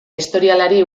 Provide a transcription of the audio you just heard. historialari